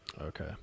Okay